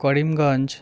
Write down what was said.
Karimganj